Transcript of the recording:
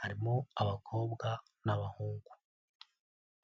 harimo abakobwa n'abahungu.